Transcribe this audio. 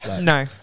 no